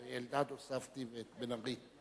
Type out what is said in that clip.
את אריה אלדד הוספתי, ואת בן-ארי.